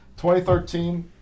2013